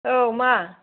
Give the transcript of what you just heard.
औ मा